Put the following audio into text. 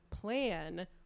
plan